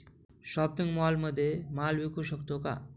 Shopping मॉलमध्ये माल विकू शकतो का?